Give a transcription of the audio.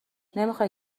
نمیخای